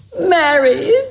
married